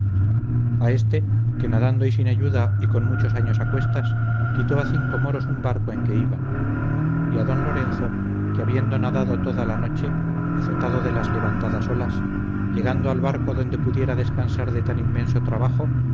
éste que nadando y sin ayuda y con muchos años acuestas quitó a cinco moros un barco en que iban y a d lorenzo que habiendo nadado toda la noche azotado de las levantadas olas llegando al barco donde pudiera descansar de tan inmenso trabajo